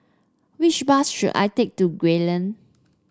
which bus should I take to Gray Lane